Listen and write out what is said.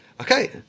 Okay